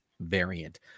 variant